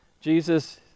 Jesus